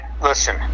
Listen